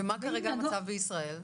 מה המצב בישראל כרגע?